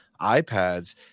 iPads